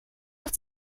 auch